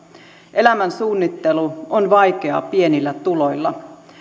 elämän suunnittelu on vaikeaa pienillä tuloilla